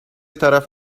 طرف